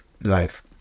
life